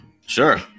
Sure